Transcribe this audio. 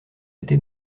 été